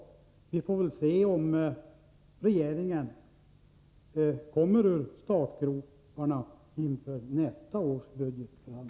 Sedan får vi se om regeringen kommer ur startgroparna inför nästa års budgetbehandling.